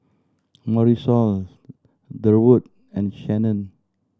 Marisol Durwood and Shannen